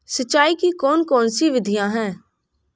सिंचाई की कौन कौन सी विधियां हैं?